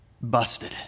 Busted